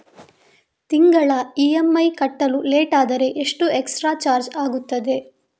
ತಿಂಗಳ ಇ.ಎಂ.ಐ ಕಟ್ಟಲು ಲೇಟಾದರೆ ಎಷ್ಟು ಎಕ್ಸ್ಟ್ರಾ ಚಾರ್ಜ್ ಆಗುತ್ತದೆ?